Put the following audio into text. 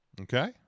Okay